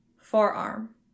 forearm